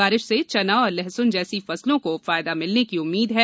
बारिश से चना और लहसून जैसी फसलों को फायदा मिलने की उम्मीद है